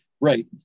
right